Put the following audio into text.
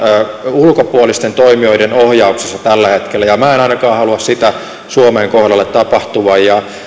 ulkopuolisten toimijoiden ohjauksessa tällä hetkellä ja minä en ainakaan halua sitä suomen kohdalle tapahtuvan ja